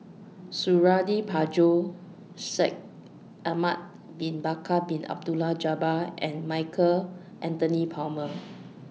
Suradi Parjo Shaikh Ahmad Bin Bakar Bin Abdullah Jabbar and Michael Anthony Palmer